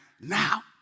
now